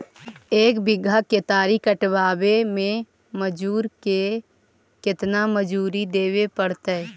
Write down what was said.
एक बिघा केतारी कटबाबे में मजुर के केतना मजुरि देबे पड़तै?